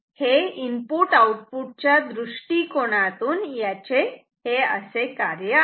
तेव्हा input output च्या दृष्टिकोनातून याचे असे कार्य आहे